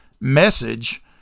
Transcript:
message